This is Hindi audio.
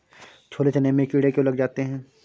छोले चने में कीड़े क्यो लग जाते हैं?